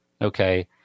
okay